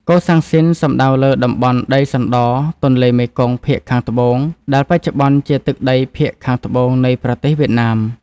កូសាំងស៊ីន សំដៅលើតំបន់ដីសណ្ដទន្លេមេគង្គភាគខាងត្បូង ដែលបច្ចុប្បន្នជាទឹកដីភាគខាងត្បូងនៃប្រទេសវៀតណាម។